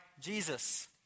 Jesus